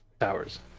hours